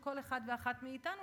של כל אחד ואחת מאתנו,